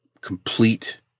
complete